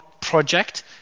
project